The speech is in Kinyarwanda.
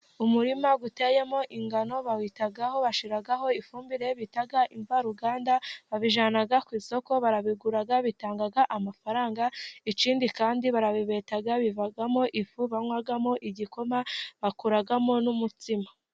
Umurima uteyemo ingano, bawitaho bashiraho ifumbire bita imvaruganda, babijyana ku isoko, barabigura bitanga amafaranga, ikindi kandi barabibeta bivamo ifu banywamo igikoma, bakoramo n'umutsima.